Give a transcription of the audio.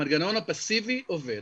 המנגנון הפסיבי עובד,